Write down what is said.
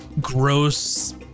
gross